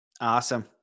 Awesome